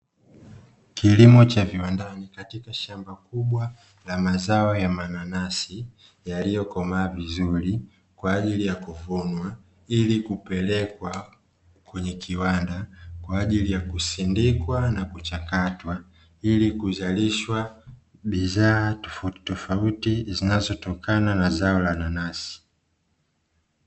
Kilimo cha viwandani katika shamba kubwa la mazao ya mananasi yaliyokomaa vizuri, kwa ajili ya kuvunwa ili kupelekwa kwenye kiwanda kwa ajili ya kusindikwa na kuchakatwa, ili kuzalishwa bidhaa tofautitofauti zinazotokana na zao la nanasi.